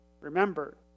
Remember